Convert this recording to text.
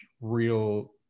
real